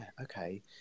okay